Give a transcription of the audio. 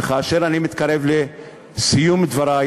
כאשר אני מתקרב לסיום דברי,